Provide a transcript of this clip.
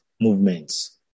movements